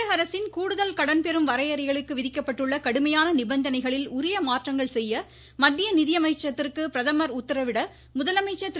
தமிழகஅரசின் கூடுதல் கடன்பெறும் வரையறைகளுக்கு விதிக்கப்பட்டுள்ள கடுமையான நிபந்தனைகளில் உரிய மாற்றங்கள் செய்ய மத்திய நிதியமைச்சகத்திற்கு பிரதமா் உத்தரவிட முதலமைச்சா் திரு